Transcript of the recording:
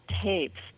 tapes